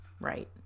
Right